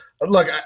look